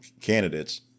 candidates